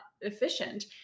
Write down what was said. efficient